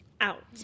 out